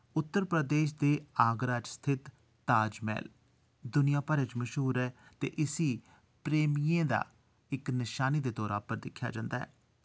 उत्तर प्रदेश दे आगरा च स्थित ताज मैह्ल दुनिया भरै च मश्हूर ऐ ते इस्सी प्रेमियें दे इक निशानी दे तौरा पर दिक्खेआ जंदा ऐ